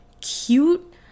cute